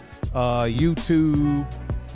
YouTube